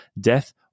death